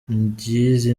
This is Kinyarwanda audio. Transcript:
ry’izi